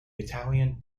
italian